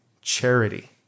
charity